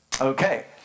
Okay